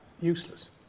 useless